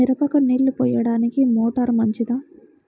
మిరపకు నీళ్ళు పోయడానికి మోటారు మంచిదా?